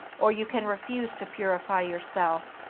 or you can refuse to purify yourself,